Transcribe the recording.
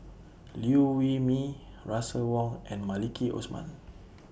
Liew Wee Mee Russel Wong and Maliki Osman